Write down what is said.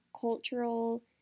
cultural